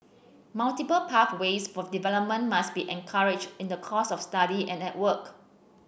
multiple pathways for development must be encouraged in the course of study and at work